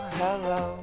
hello